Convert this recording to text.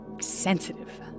sensitive